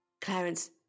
Clarence